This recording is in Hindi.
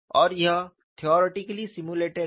और यह थेओरेटिकली सिम्युलेटेड है